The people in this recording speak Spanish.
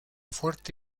fuerte